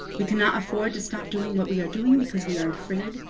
we cannot afford to stop doing what we are doing, because we are afraid,